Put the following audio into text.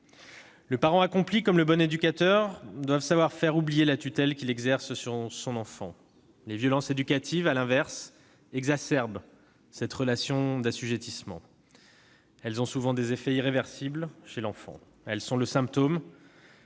Le parent accompli, comme le bon éducateur, doit savoir faire oublier la tutelle qu'il exerce sur son enfant. Les violences éducatives, à l'inverse, exacerbent cette relation d'assujettissement : elles ont souvent des effets irréversibles chez l'enfant ; elles sont souvent le symptôme